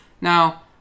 Now